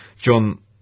John